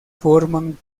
forman